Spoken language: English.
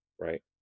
right